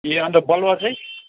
ए अनि त बलुवा चाहिँ